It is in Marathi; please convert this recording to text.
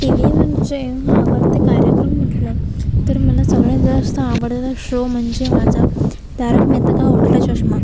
टीव्हीवरचे आवडते कार्यक्रम म्हटलं तर मला सगळ्यात जास्त आवडता शो म्हणजे माझा तारक मेहता का उल्टा चष्मा